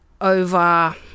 over